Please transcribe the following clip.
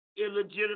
illegitimate